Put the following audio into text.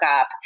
up